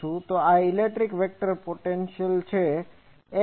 તો આ electric vector potential છે